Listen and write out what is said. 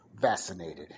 vaccinated